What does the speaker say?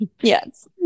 Yes